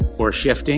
or shifting